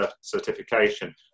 certification